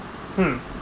mm